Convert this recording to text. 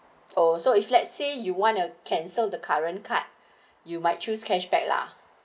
oh so if let's say you want to cancel the current card you might choose cashback lah